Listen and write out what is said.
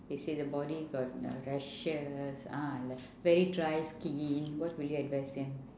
okay say the body got uh rashes ah like very dry skin what will you advise them